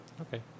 okay